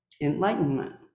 enlightenment